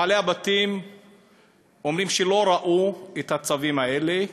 בעלי הבתים אומרים שלא ראו את הצווים האלה,